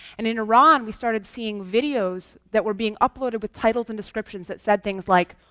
and in iran, we started seeing videos that were being uploaded with titles and descriptions that said things like,